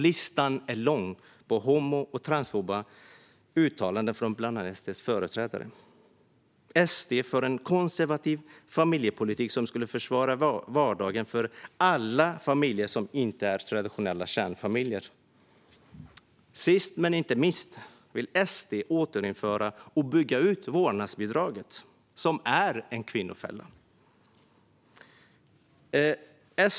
Listan är lång på homofoba och transfoba uttalanden bland SD:s företrädare. SD för en konservativ familjepolitik som skulle försvåra vardagen för alla familjer som inte är traditionella kärnfamiljer. Sist, men inte minst, vill SD återinföra och bygga ut vårdnadsbidraget, som är en kvinnofälla.